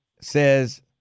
says